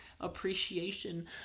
appreciation